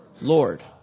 Lord